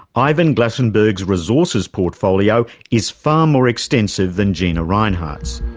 ivan glasenberg's resources portfolio is far more extensive than gina rinehart's.